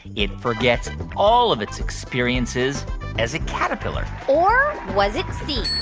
it forgets all of its experiences as a caterpillar? or was it c.